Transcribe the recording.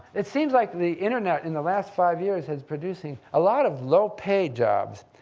it seems like the internet, in the last five years, is producing a lot of low-pay jobs.